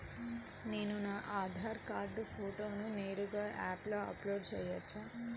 నేను నా ఆధార్ కార్డ్ ఫోటోను నేరుగా యాప్లో అప్లోడ్ చేయవచ్చా?